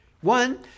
One